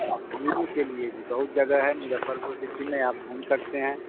घूमने के लिए भी बहुत जगह है मुज़फ़्फ़रपुर सिटी में आप घूम सकते हैं